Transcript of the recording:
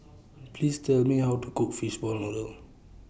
Please Tell Me How to Cook Fishball Noodle